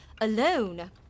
alone